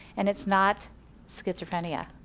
and it's not schizophrenia,